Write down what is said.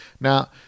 Now